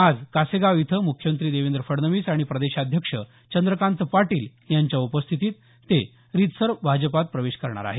आज कासेगाव इथं मुख्यमंत्री देवेंद्र फडणवीस आणि प्रदेशाध्यक्ष चंद्रकांत पाटील यांच्या उपस्थितीत ते रीतसर भाजपात प्रवेश करणार आहेत